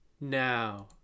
now